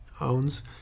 owns